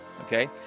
okay